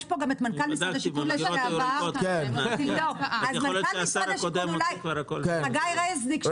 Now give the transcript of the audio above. ביחד עם חגי רזניק,